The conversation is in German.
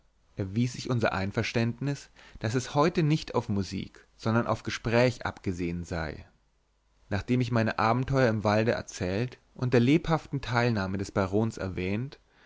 erwies sich unser einverständnis daß es heute nicht auf musik sondern auf gespräch abgesehen sei nachdem ich meine abenteuer im walde erzählt und der lebhaften teilnahme des barons erwähnt